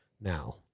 Now